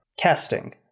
Casting